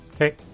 Okay